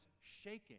shaking